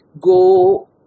go